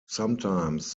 sometimes